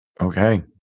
Okay